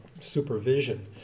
supervision